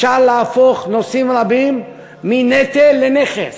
אפשר להפוך נושאים רבים מנטל לנכס,